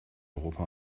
europa